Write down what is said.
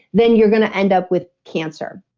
then you're going to end up with cancer.